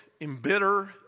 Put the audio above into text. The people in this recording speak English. embitter